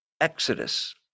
exodus